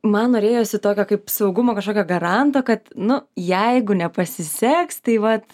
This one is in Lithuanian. man norėjosi tokio kaip saugumo kažkokio garanto kad nu jeigu nepasiseks tai vat